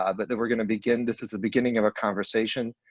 um but that we're gonna begin, this is the beginning of a conversation,